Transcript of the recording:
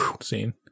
scene